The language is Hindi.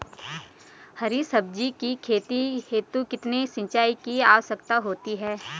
हरी सब्जी की खेती हेतु कितने सिंचाई की आवश्यकता होती है?